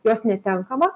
jos netenkama